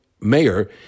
mayor